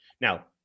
Now